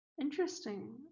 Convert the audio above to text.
interesting